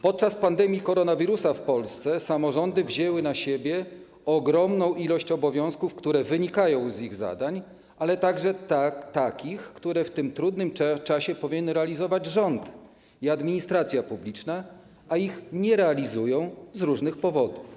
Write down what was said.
Podczas pandemii koronawirusa w Polsce samorządy wzięły na siebie ogromną ilość obowiązków, które wynikają z ich zadań, ale także takich, które w tym trudnym czasie powinny wykonywać rząd i administracja publiczna, a ich nie wykonują z różnych powodów.